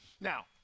Now